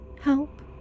help